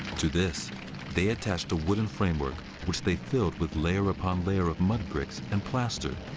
to this they attached a wooden framework which they filled with layer upon layer of mud bricks and plaster,